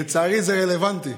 לצערי זה רלוונטי,